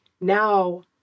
now